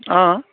অঁ